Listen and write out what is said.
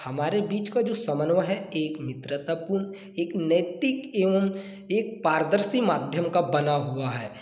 हमारे बीच का जो समन्वय है एक मित्रतापूर्ण एक नैतिक एवं एक पारदर्शी माध्यम का बना हुआ है